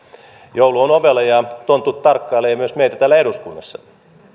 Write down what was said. joulu on ovella ja tontut tarkkailevat myös meitä täällä eduskunnassa